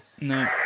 no